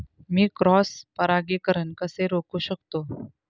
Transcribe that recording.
मी cross परागीकरण कसे रोखू शकतो?